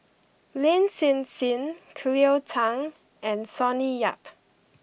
Lin Hsin Hsin Cleo Thang and Sonny Yap